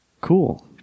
Cool